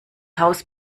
haus